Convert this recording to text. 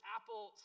Apple